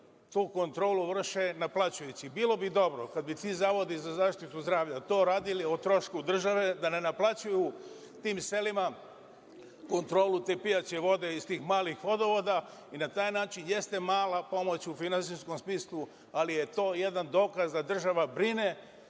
tu kontrolu vrše naplaćujući. Bilo bi dobro, kada bi ti zavodi za zaštitu zdravlja to radili o trošku države, da ne naplaćuju tim selima kontrolu te pijaće vode, iz tih malih vodovoda, i na taj način, jeste mala pomoć u finansijskom smislu, ali je to jedan dokaz da država brine